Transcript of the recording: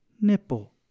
nipple